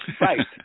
Right